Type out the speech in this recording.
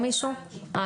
אני